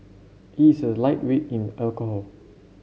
he is a lightweight in alcohol